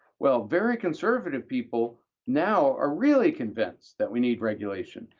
well, very conservative people now are really convinced that we need regulation.